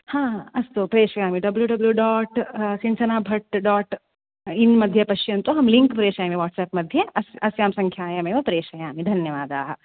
हा अस्तु प्रेषयामि W W dot Sinchana Bhat dot in मध्ये पश्यन्तु अहं लिङ्क् प्रेषयामि वाट्स् एप् मध्ये अस्यां सङ्ख्यायामेव प्रेषयामि धन्यवादाः